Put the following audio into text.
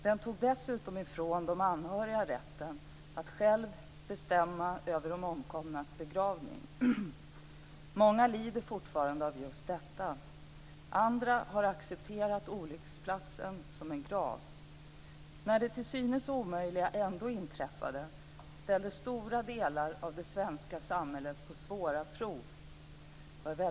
Den tog dessutom ifrån de anhöriga rätten att själva bestämma över de omkomnas begravning. Många lider fortfarande av just detta. Andra har accepterat olycksplatsen som en grav. När det till synes omöjliga ändå inträffade ställdes stora delar av det svenska samhället på svåra prov.